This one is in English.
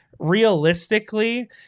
realistically